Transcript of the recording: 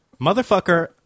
Motherfucker